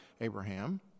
Abraham